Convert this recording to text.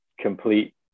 complete